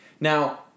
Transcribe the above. Now